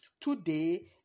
today